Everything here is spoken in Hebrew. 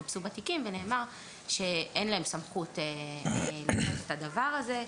חיפשו בתיקים ונאמר שאין להם סמכות לעשות את הדבר הזה.